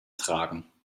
tragen